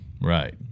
Right